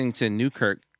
Newkirk